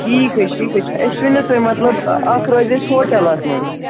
ٹھیٖک حظ چھِ ٹھیٖک حظ چھِ اَسہِ ؤنِو تُہۍ مطلب اَکھ روزِ اَسہِ ہوٹَل اَتھ منٛز